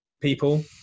people